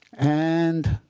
and